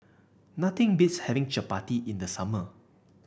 nothing beats having Chapati in the summer